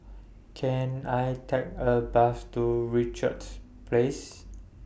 Can I Take A Bus to Richards Place